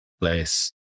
place